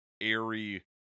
airy